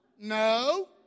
no